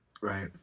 Right